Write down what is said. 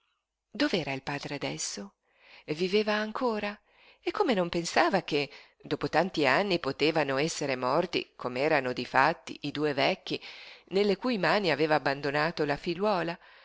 dov'era il padre adesso viveva ancora e come non pensava che dopo tanti anni potevano esser morti com'erano difatti i due vecchi nelle cui mani aveva abbandonato la figliuola